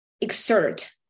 exert